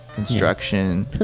Construction